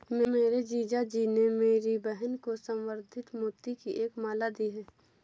मेरे जीजा जी ने मेरी बहन को संवर्धित मोती की एक माला दी है